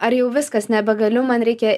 ar jau viskas nebegaliu man reikia